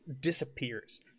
disappears